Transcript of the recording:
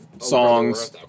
Songs